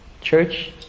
Church